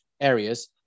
areas